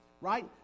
right